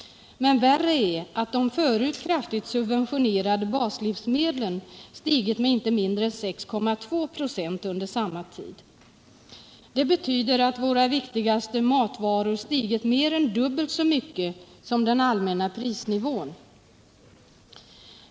Men värre är att de förut kraftigt subventionerade baslivsmedlen stigit med inte mindre än 6,2 96 under samma tid. Det betyder att våra viktigaste matvaror stigit mer än dubbelt så mycket som den allmänna prisnivån.